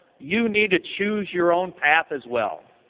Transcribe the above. you need to choose your own path as well.